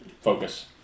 focus